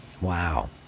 wow